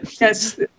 yes